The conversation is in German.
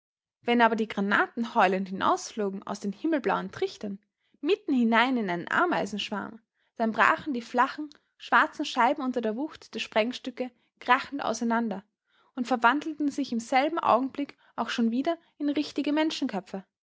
wenn aber die granaten heulend hinausflogen aus den himmelblauen trichtern mitten hinein in einen ameisenschwarm dann brachen die flachen schwarzen scheiben unter der wucht der sprengstücke krachend auseinander und verwandelten sich im selben augenblick auch schon wieder in richtige menschenköpfe